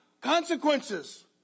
consequences